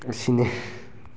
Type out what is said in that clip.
ꯑꯁꯤꯅꯤ